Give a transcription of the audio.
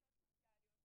להפרשות סוציאליות,